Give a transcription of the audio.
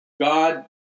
God